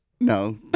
No